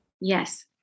Yes